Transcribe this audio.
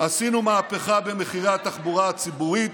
עשינו מהפכה במחירי התחבורה הציבורית,